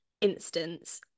instance